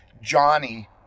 johnny